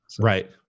Right